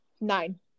nine